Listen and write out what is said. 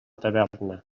taverna